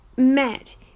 met